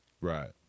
Right